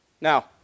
Now